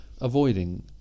avoiding